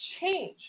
change